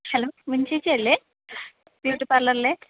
മിനിചേച്ചി അല്ലെ ബ്യൂട്ടി പാർലറിലെ